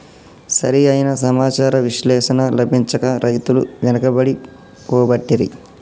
సరి అయిన సమాచార విశ్లేషణ లభించక రైతులు వెనుకబడి పోబట్టిరి